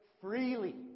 freely